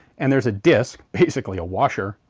and there's a disc, basically a washer,